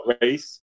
race